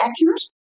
accurate